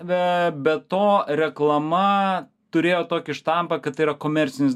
be be to reklama turėjo tokį štampą kad tai yra komercinis